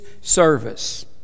service